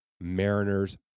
Mariners